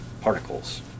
particles